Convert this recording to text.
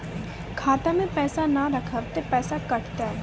खाता मे पैसा ने रखब ते पैसों कटते?